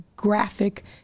graphic